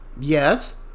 yes